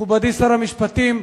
מכובדי שר המשפטים,